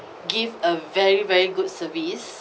give a very very good service